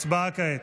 הצבעה כעת.